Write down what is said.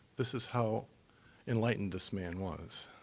this is how enlightened this man was.